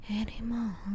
anymore